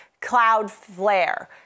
CloudFlare